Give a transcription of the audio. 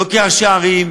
יוקר השערים,